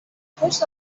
پشت